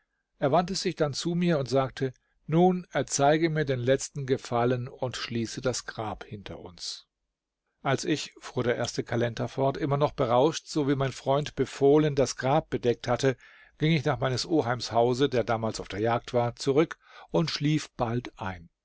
er wandte sich dann zu mir und sagte nun erzeige mir den letzten gefallen und schließe das grab hinter uns als ich fuhr der erste kalender fort immer noch berauscht so wie mein freund befohlen das grab bedeckt hatte ging ich nach meines oheims hause der damals auf der jagd war zurück und schlief bald ein